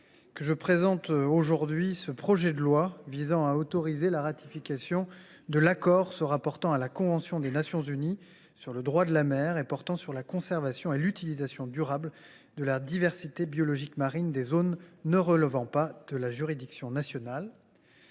je présente aujourd’hui ce projet de loi visant à autoriser la ratification de l’accord se rapportant à la convention des Nations unies sur le droit de la mer et portant sur la conservation et l’utilisation durable de la diversité biologique marine des zones ne relevant pas de la juridiction nationale,